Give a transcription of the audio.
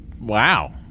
Wow